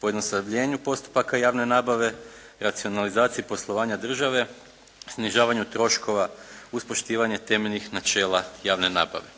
pojednostavljenju postupaka javne nabave, racionalizaciji poslovanja države, snižavanju troškova uz poštivanje temeljnih načela javne nabave.